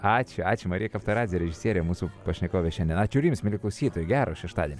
ačiū ačiū marija kaftaradzė režisierė mūsų pašnekovė šiandien ačiū ir jums mieli klausytojai gero šeštadienio